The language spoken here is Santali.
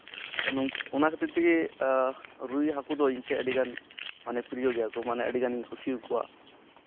ᱚᱱᱟ ᱠᱷᱟᱹᱛᱤᱨ ᱛᱮᱜᱮ ᱨᱩᱭ ᱦᱟᱹᱠᱩ ᱫᱚ ᱤᱧ ᱴᱷᱮᱱ ᱟᱹᱰᱤᱜᱟᱱ ᱢᱟᱱᱮ ᱯᱨᱤᱭᱚ ᱜᱮᱭᱟ ᱠᱚ ᱢᱟᱱᱮ ᱟᱹᱰᱤᱜᱟᱱᱤᱧ ᱠᱩᱥᱤᱭᱟᱠᱚᱣᱟ